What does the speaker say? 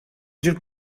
جور